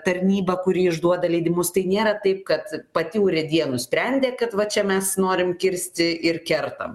tarnyba kuri išduoda leidimus tai nėra taip kad pati urėdija nusprendė kad va čia mes norim kirsti ir kertam